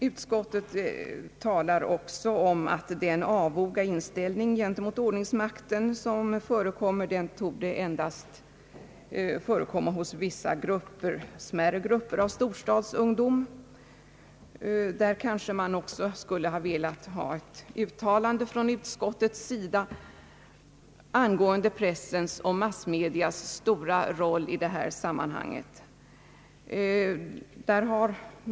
Utskottet talar också om att den avoga inställning gent emot ordningsmakten som förekommer torde finnas endast hos vissa smärre grupper av storstadsungdom. Därvidlag kanske man också skulle ha önskat ett uttalande från utskottets sida angående pressens och andra massmedias stora roll i detta sammanhang.